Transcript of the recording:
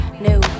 New